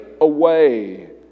away